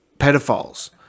pedophiles